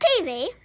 TV